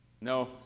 No